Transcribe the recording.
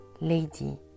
lady